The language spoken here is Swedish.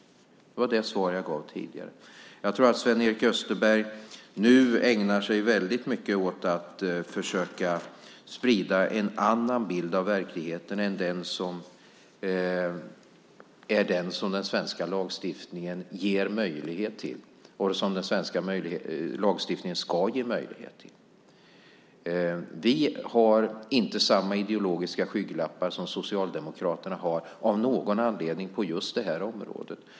Det var också det svar jag gav tidigare. Jag tror att Sven-Erik Österberg nu ägnar sig mycket åt att försöka sprida en annan bild av verkligheten än den som den svenska lagstiftningen ger möjlighet till och som den ska ge möjlighet till. Vi har av någon anledning inte samma ideologiska skygglappar som Socialdemokraterna har på just det här området.